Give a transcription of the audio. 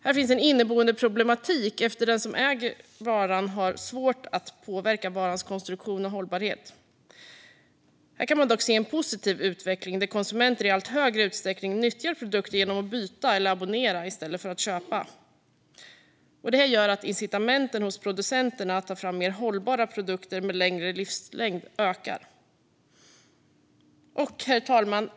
Här finns en inneboende problematik eftersom den som äger varan har svårt att påverka varans konstruktion och hållbarhet. Man kan dock se en positiv utveckling där konsumenter i allt större utsträckning nyttjar produkter genom att byta eller abonnera i stället för att köpa. Detta gör att incitamenten för producenterna att ta fram mer hållbara produkter med längre livslängd ökar. Herr talman!